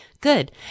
Good